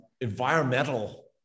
environmental